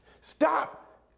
Stop